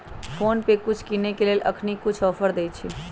PhonePe कुछ किनेय के लेल अखनी कुछ ऑफर देँइ छइ